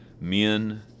men